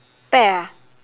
pear ah